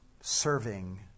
serving